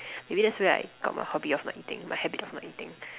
maybe that's where I got my hobby of not eating my habit of not eating